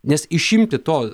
nes išimti to